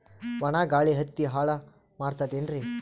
ಒಣಾ ಗಾಳಿ ಹತ್ತಿ ಹಾಳ ಮಾಡತದೇನ್ರಿ?